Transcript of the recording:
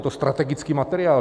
Je to strategický materiál.